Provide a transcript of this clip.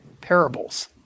parables